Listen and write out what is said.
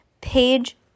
Page